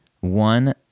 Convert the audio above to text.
one